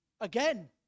again